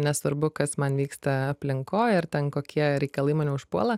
nesvarbu kas man vyksta aplinkoj ar ten kokie reikalai mane užpuola